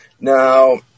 Now